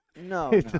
No